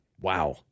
Wow